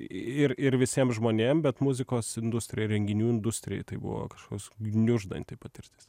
ir ir visiem žmonėm bet muzikos industrijai renginių industrijai tai buvo kažkoks gniuždanti patirtis